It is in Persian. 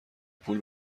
پول